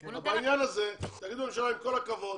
בעניין הזה אתם צריכים להגיד לממשלה שעם כל הכבוד,